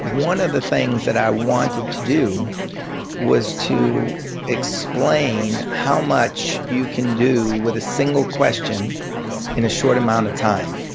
one of the things that i wanted to do was to explain how much you can do with a single question in a short amount of time.